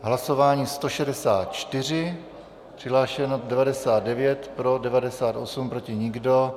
Hlasování 164, přihlášeno je 99, pro 98, proti nikdo.